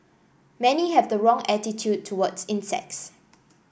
many have the wrong attitude towards insects